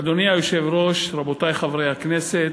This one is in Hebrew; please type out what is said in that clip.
אדוני היושב-ראש, רבותי חברי הכנסת,